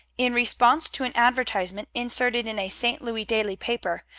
in response to an advertisement inserted in a st. louis daily paper,